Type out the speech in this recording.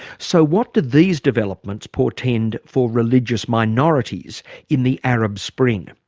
so what do these developments portend for religious minorities in the arab spring?